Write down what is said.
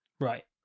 right